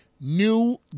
new